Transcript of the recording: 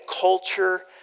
culture